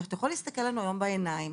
להסתכל לנו בעיניים?